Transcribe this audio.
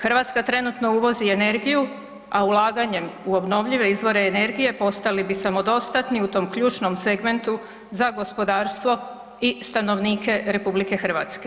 Hrvatska trenutno uvozi energiju, a ulaganjem u obnovljive izvore energije postali bi samodostatni u tom ključnom segmentu za gospodarstvo i stanovnike RH.